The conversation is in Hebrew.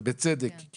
ובצדק,